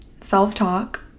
self-talk